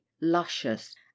luscious